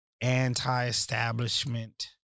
anti-establishment